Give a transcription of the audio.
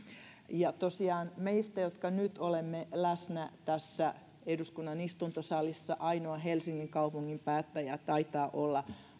tosiaan meistä jotka nyt olemme läsnä tässä eduskunnan istuntosalissa ainoa helsingin kaupungin päättäjä taitaa olla